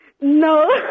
No